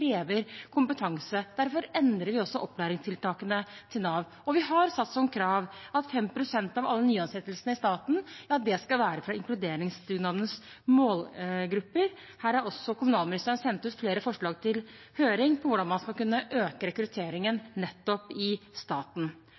krever kompetanse. Derfor endrer vi også opplæringstiltakene til Nav. Og vi har satt som krav at 5 pst. av alle nyansettelsene i staten skal være for inkluderingsdugnadens målgrupper. Her har også kommunalministeren sendt ut flere forslag på høring til hvordan man skal kunne øke rekrutteringen nettopp i staten.